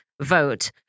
vote